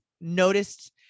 noticed